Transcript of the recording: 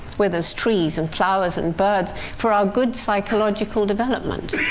where there's trees and flowers and birds for our good psychological development.